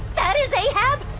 that is ahab?